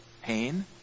pain